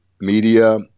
media